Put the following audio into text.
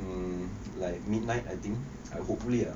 um like midnight I think I hopefully ah